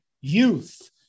youth